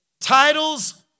Titles